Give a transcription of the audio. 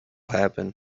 happen